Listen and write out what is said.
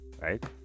right